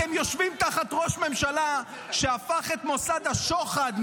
אתם יושבים תחת ראש ממשלה שהפך את מוסד השוחד,